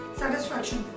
satisfaction